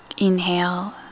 Inhale